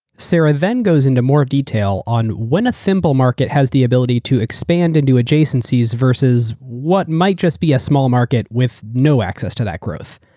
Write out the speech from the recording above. sarah then goes into more detail on when a simple market has the ability to expand into adjacencies versus what might be a small market with no access to that growth.